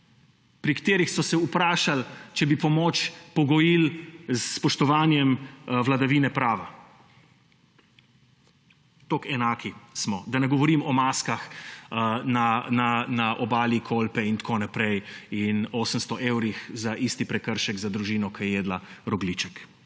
pri katerih so se vprašali, če bi pomoč pogojili s spoštovanjem vladavine prava. Toliko enaki smo. Da ne govorim o maskah na obali Kolpe in tako naprej in 800 evrih za prekršek za družino, ki je jedla rogljiček.